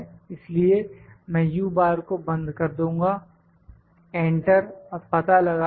इसलिए मैंको बंद कर दूँगा एंटर और पता लगा लूँगा